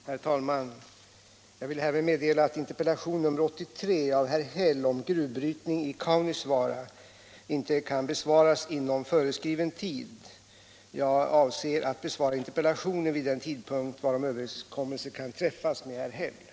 Herr talman! Jag vill härmed meddela att interpellationen nr 83 av herr Häll om gruvbrytning i Kaunisvaara inte kan besvaras inom föreskriven tid. Jag avser att besvara interpellationen vid den tidpunkt varom överenskommelse kan träffas med herr Häll.